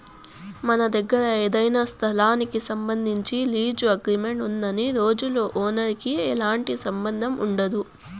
మన దగ్గర ఏదైనా స్థలానికి సంబంధించి లీజు అగ్రిమెంట్ ఉన్నన్ని రోజులు ఓనర్ కి ఎలాంటి సంబంధం ఉండదు